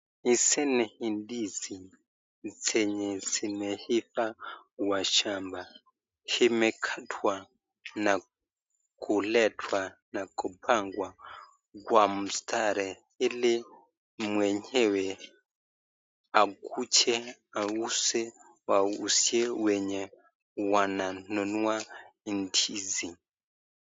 Hizi ni ndizi zenye zimeivaa kwa shamba imekatwa na kuletwa nakupakwa kwa mstari hili mwenyewe akuje auze wauzie wenye wananunua ndizi.